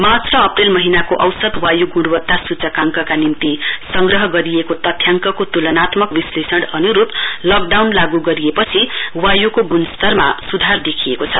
March र April महीनाको औसत वायु गुणवक्ता सूचकांकका निकि संग्रह गरिएको तथ्याङ्कको तुलनात्मक विश्लेषण अनुरुप लकडाउन लागू गरिए पछि वायुको गुणास्तरमा सुधार देखिएको छ